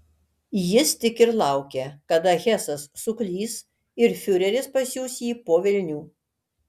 jis tik ir laukė kada hesas suklys ir fiureris pasiųs jį po velnių